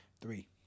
Three